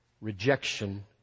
rejection